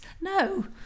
No